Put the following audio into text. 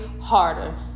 harder